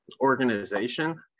organization